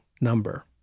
number